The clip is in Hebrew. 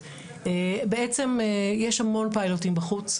בעצם יש המון פיילוטים בחוץ,